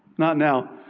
not now.